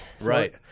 Right